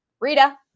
Rita